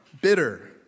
bitter